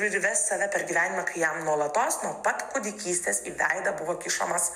ir ves save per gyvenimą kai jam nuolatos nuo pat kūdikystės į veidą buvo kišamas